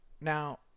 now